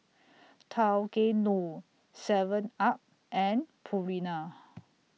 Tao Kae Noi Seven up and Purina